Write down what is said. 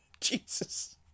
Jesus